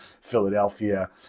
Philadelphia